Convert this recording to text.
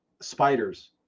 spiders